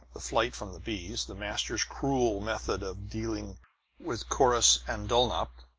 the flight from the bees, the masters' cruel method of dealing with corrus and dulnop,